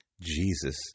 Jesus